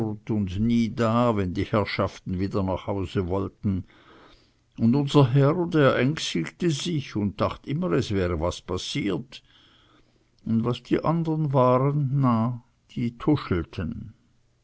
da wenn die herrschaften wieder nach hause wollten un unser herr der ängstigte sich un dacht immer es wäre was passiert un was die andern waren na die tuschelten